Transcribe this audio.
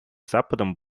западом